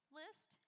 list